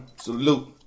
Salute